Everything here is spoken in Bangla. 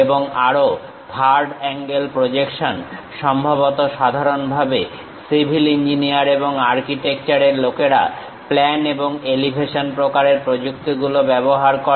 এবং আরো থার্ড অ্যাঙ্গেল প্রজেকশন সম্ভবত সাধারণভাবে সিভিল ইঞ্জিনিয়ার এবং আর্কিটেকচার এর লোকেরা প্ল্যান এবং এলিভেশন প্রকারের প্রযুক্তিগুলো ব্যবহার করে